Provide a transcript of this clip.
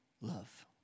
Love